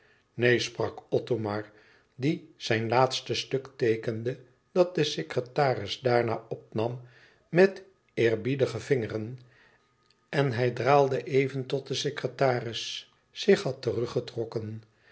neen sprak othomar die zijn laatste stuk teekende dat de secretaris daarna opnam met eerbiedige vingeren en hij draalde even tot de secretaris zich had teruggetrokken